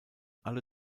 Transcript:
alle